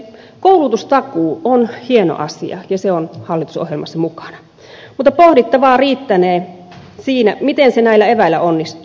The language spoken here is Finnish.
koulutustakuu on hieno asia ja se on hallitusohjelmassa mukana mutta pohdittavaa riittänee siinä miten se näillä eväillä onnistuu